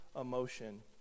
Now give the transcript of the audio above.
emotion